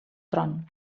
tron